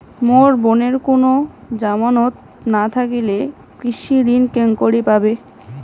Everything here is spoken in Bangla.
মোর বোনের কুনো জামানত না থাকিলে কৃষি ঋণ কেঙকরি পাবে?